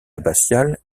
abbatiale